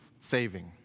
saving